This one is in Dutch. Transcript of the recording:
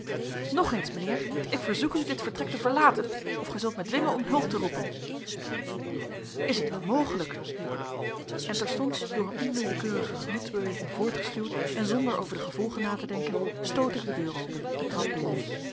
nog eens mijnheer ik verzoek u dit vertrek te verlaten of gij zult mij dwingen om hulp te roepen is het wel mogelijk riep ik en terstond door een onwillekeurige gemoedsbeweging voortgestuwd en zonder over de gevolgen na te denken stootte ik de deur open en trad binnen